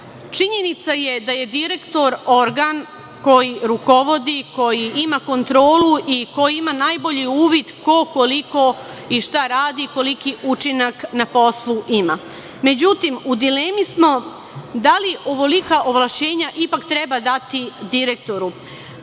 Činjenica je da je direktor organ koji rukovodi, koji ima kontrolu i koji ima najbolji uvid ko koliko i šta radi, koliki učinak na poslu ima. Međutim, u dilemi smo da li ovolika ovlašćenja ipak treba dati direktoru.